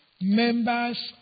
members